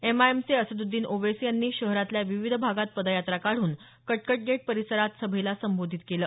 एमआयएमचे असदोद्दीन ओवेसी यांनी शहरातल्या विविध भागात पदयात्रा काढून कटकट गेट परिसरात सभेला संबोधित केलं